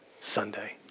Sunday